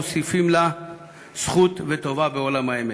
מוסיפים לה זכות וטובה בעולם האמת.